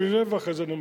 קודם נבנה ואחרי זה נמגן.